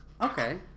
Okay